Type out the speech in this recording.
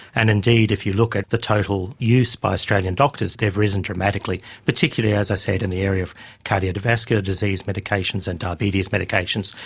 and indeed if you look at the total use by australian doctors they have risen dramatically, particularly, as i said, in the area of cardiovascular disease medications and diabetes medications.